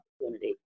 opportunity